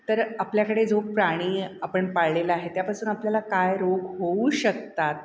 तर आपल्याकडे जो प्राणी आपण पाळलेला आहे त्यापासून आपल्याला काय रोग होऊ शकतात